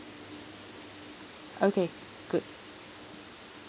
okay good